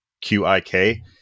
Q-I-K